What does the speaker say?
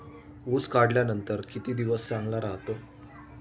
ऊस काढल्यानंतर किती दिवस चांगला राहतो?